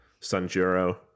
Sanjuro